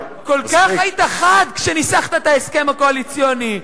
כל כך היית חד כשניסחת את ההסכם הקואליציוני,